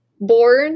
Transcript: born